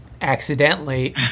accidentally